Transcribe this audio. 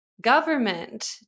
government